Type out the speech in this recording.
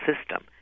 system